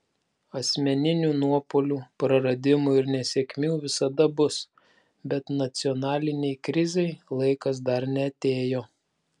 asmeninių nuopuolių praradimų ir nesėkmių visada bus bet nacionalinei krizei laikas dar neatėjo